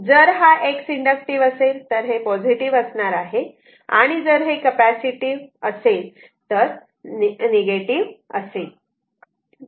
जर हा X inductive असेल तर हे पॉझिटिव्ह असणार आहे आणि जर हे कपॅसिटीव्ह असेल तर निगेटिव्ह असेल